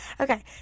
Okay